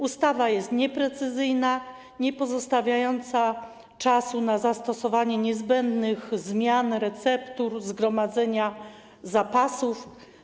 Ustawa jest nieprecyzyjna, niepozostawiająca czasu na zastosowanie niezbędnych zmian, receptur, zgromadzenie zapasów.